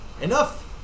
Enough